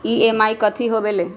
EMI कथी होवेले?